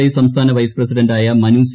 I സംസ്ഥാന vice പ്രസിഡന്റായ Manu C